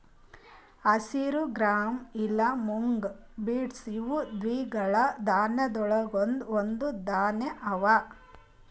ಹಸಿರು ಗ್ರಾಂ ಇಲಾ mung beans ಇವು ದ್ವಿದಳ ಧಾನ್ಯಗೊಳ್ದಾಂದ್ ಒಂದು ಧಾನ್ಯ ಅವಾ